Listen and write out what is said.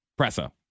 Pressa